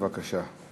בבקשה.